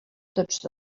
tots